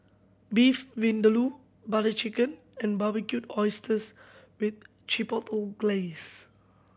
Beef Vindaloo Butter Chicken and Barbecued Oysters with Chipotle Glaze